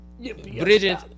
Bridget